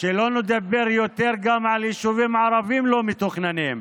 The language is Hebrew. שלא נדבר יותר גם על יישובים ערביים לא מתוכננים,